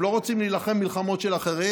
הם לא רוצים להילחם מלחמות של אחרים.